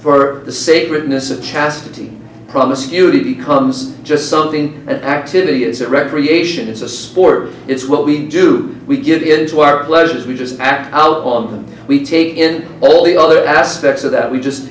for the sacredness of chastity promiscuity becomes just something an activity is a recreation it's a sport it's what we do we get into our pleasures we just act out on we take in all the other aspects of that we just